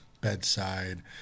bedside